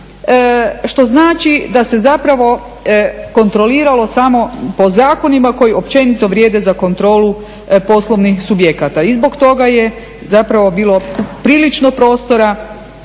Što znači da se zapravo kontroliralo samo po zakonima koji općenito vrijede za kontrolu poslovnih subjekata. I zbog toga je zapravo bilo prilično prostora